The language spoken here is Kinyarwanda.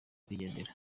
kwigendera